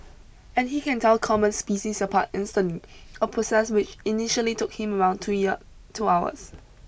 and he can tell common species apart instantly a process which initially took him around two year two hours